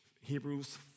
Hebrews